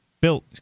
built